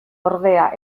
ordea